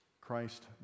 Christ